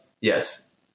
Yes